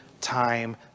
time